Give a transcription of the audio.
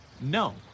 No